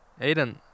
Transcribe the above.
Aiden